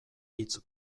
hitz